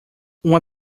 uma